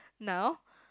now